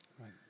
Right